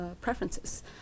preferences